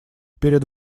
перед